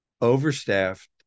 overstaffed